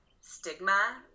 stigma